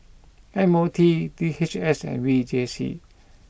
M O T D H S and V J C